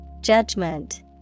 Judgment